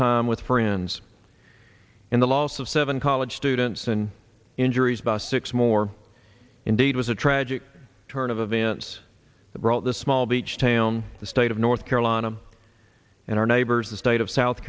time with friends and the loss of seven college students and injuries by six more indeed was a tragic turn of events that brought this small beach town the state of north carolina and our neighbors the state of south